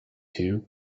two